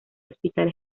hospital